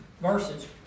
verses